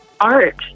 art